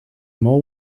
mall